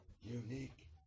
unique